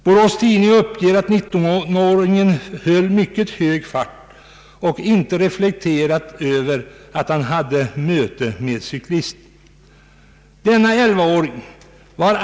Borås Tidning uppger att 19-åringen höll ”mycket hög fart” och ”inte reflekterat över att han hade möte med cyklisten”.